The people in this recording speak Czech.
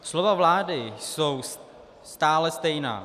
Slova vlády jsou stále stejná.